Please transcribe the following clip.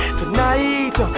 tonight